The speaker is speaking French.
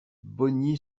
bogny